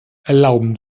erlauben